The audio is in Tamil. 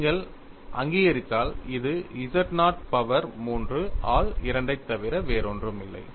நீங்கள் அங்கீகரித்தால் இது z0 பவர் 3 ஆல் 2 ஐத் தவிர வேறொன்றுமில்லை